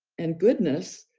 and goodness,